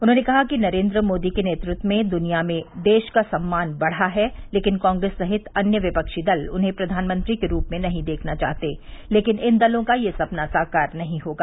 उन्होंने कहा कि नरेन्द्र मोदी के नेतृत्व में दुनिया में देश का सम्मान बढ़ा है लेकिन कांग्रेस सहित अन्य विपक्षी दल उन्हें प्रधानमंत्री के रूप में नहीं देखना चाहते लेकिन इन दलों का यह सपना साकार नहीं होगा